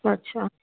अच्छा